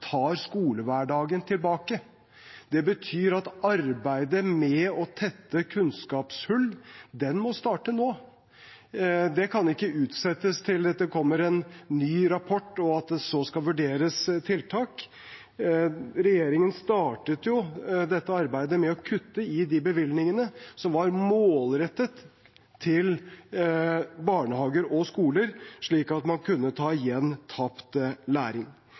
tar skolehverdagen tilbake. Det betyr at arbeidet med å tette kunnskapshull må starte nå. Det kan ikke utsettes til det kommer en ny rapport, og at det så skal vurderes tiltak. Regjeringen startet jo dette arbeidet med å kutte i de bevilgningene som var målrettet til barnehager og skoler, slik at man kunne ta igjen tapt læring.